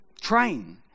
train